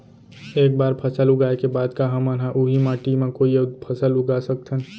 एक बार फसल उगाए के बाद का हमन ह, उही माटी मा कोई अऊ फसल उगा सकथन?